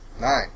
Nine